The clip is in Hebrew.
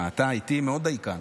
איתי אתה מאוד דייקן.